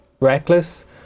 reckless